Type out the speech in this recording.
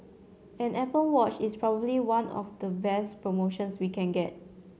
an Apple Watch is probably one of the best promotions we can get